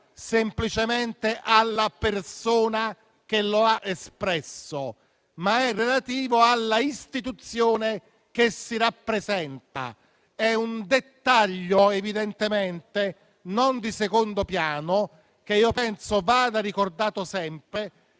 semplicemente alla persona che lo ha espresso, ma è riferibile all'istituzione che quella rappresenta. È un dettaglio non di secondo piano che penso vada ricordato sempre.